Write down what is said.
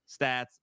stats